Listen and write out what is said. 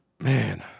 Man